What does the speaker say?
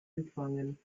empfangen